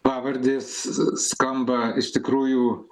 pavardės s skamba iš tikrųjų